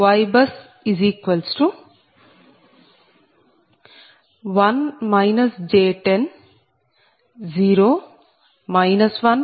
YBUS1 j10 0 1j10 0 0